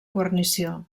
guarnició